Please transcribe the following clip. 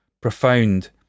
profound